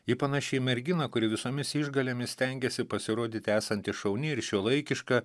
ji panaši į merginą kuri visomis išgalėmis stengiasi pasirodyti esanti šauni ir šiuolaikiška